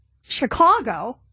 Chicago